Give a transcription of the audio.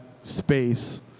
space